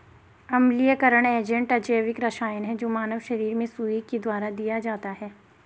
अम्लीयकरण एजेंट अजैविक रसायन है जो मानव शरीर में सुई के द्वारा दिया जाता है